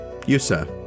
Yusa